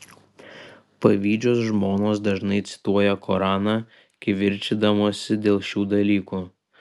pavydžios žmonos dažnai cituoja koraną kivirčydamosi dėl šių dalykų